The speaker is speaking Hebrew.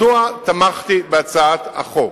מדוע תמכתי בהצעת החוק?